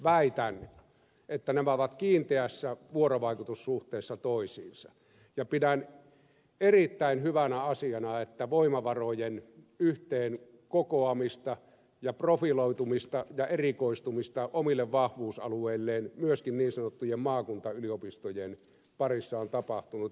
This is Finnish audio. väitän että nämä ovat kiinteässä vuorovaikutussuhteessa toisiinsa ja pidän erittäin hyvänä asiana että voimavarojen yhteen kokoamista ja profiloitumista ja erikoistumista omille vahvuusalueilleen myöskin niin sanottujen maakuntayliopistojen parissa on tapahtunut